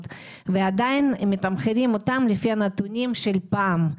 ועדיין מתמחרים אותן לפי הנתונים של פעם.